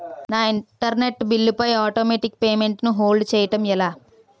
నా internet bill పై automatic payment ను హోల్డ్ చేయటం ఎలా?